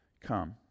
come